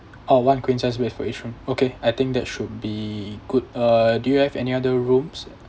oh one queen size bed for each room okay I think that should be good uh do you have any other rooms